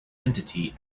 entity